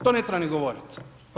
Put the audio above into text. To ne treba ni govoriti.